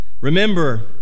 Remember